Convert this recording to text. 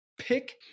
pick